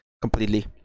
completely